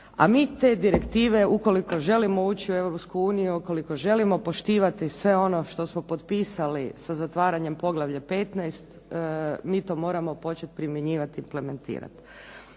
A mi te direktive ukoliko želimo ući u Europsku uniju, ukoliko želimo poštivati sve ono što smo potpisali sa zatvaranjem poglavlja 15 mi to moramo početi primjenjivati i implementirati.